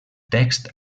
text